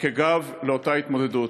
כגב לאותה התמודדות.